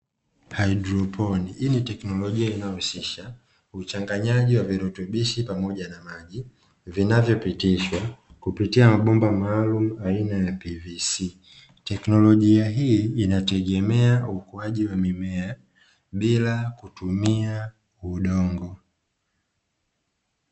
Haidroponi, hii ni teknolojia inayohusisha uchanganyaji wa virutubishi pamoja na maji vinavyopitishwa kupitia mabomba maalumu aina ya "PVC". Teknolojia hii inategemea ukuaji wa mimea bila kutumia udongo.